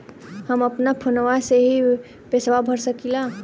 हम अपना फोनवा से ही पेसवा भर सकी ला?